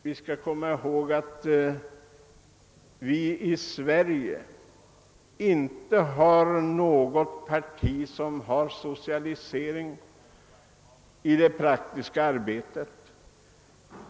Vi skall komma ihåg att vi i Sverige inte har något parti som har socialisering på sitt program i det praktiska arbetet.